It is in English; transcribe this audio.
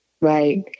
right